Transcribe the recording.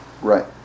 right